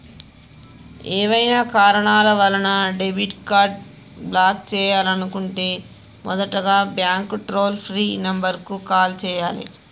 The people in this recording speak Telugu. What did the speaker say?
ఏవైనా కారణాల వలన డెబిట్ కార్డ్ని బ్లాక్ చేయాలనుకుంటే మొదటగా బ్యాంక్ టోల్ ఫ్రీ నెంబర్ కు కాల్ చేయాలే